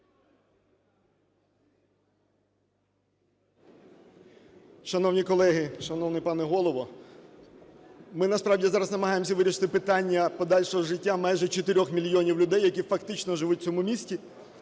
Шановні колеги, шановний пане Голово! Ми насправді зараз намагаємося вирішити питання подальшого життя майже 4 мільйонів людей, які фактично живуть у цьому місті.